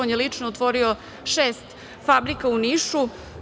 On je lično otvorio šest fabrika u Nišu.